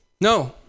No